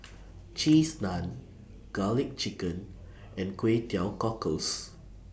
Cheese Naan Garlic Chicken and Kway Teow Cockles